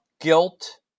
guilt